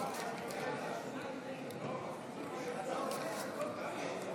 הווי אומר שאנחנו עוברים להצבעה על הסתייגות 808,